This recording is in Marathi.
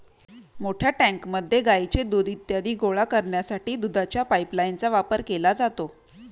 मोठ्या टँकमध्ये गाईचे दूध इत्यादी गोळा करण्यासाठी दुधाच्या पाइपलाइनचा वापर केला जातो